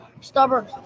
stubborn